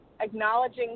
acknowledging